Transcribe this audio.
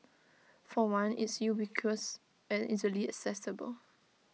for one it's ubiquitous and easily accessible